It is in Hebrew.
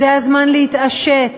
זה הזמן להתעשת.